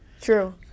True